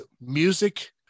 music